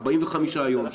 45 יום,